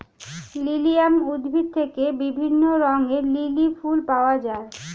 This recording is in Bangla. লিলিয়াম উদ্ভিদ থেকে বিভিন্ন রঙের লিলি ফুল পাওয়া যায়